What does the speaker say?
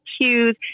cues